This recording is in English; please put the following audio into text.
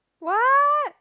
what